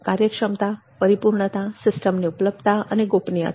કાર્યક્ષમતા પરિપૂર્ણતા સિસ્ટમની ઉપલબ્ધતા અને ગોપનીયતા